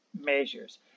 measures